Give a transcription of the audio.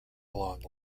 along